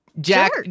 Jack